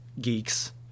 geeks